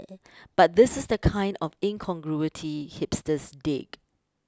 but this is the kind of incongruity hipsters dig